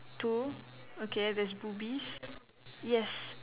two okay there's boobies yes